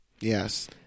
Yes